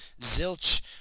zilch